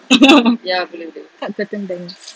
cut curtain bangs